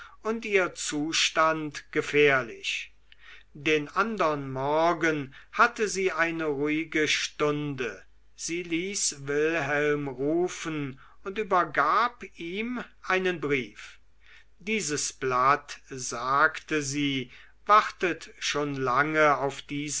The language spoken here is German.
und ihr zustand gefährlich den andern morgen hatte sie eine ruhige stunde sie ließ wilhelm rufen und übergab ihm einen brief dieses blatt sagte sie wartet schon lange auf diesen